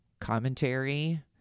commentary